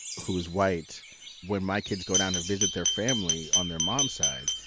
who is white when my kids go down to visit their family on their mom's side,